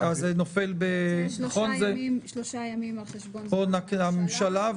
--- שלושה ימים על חשבון זמן הממשלה,